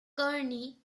kearny